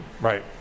Right